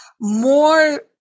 more